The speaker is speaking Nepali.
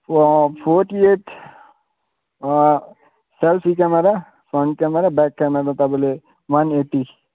forty eight selfie camera front camera back camera तपाईँले वान एट्टी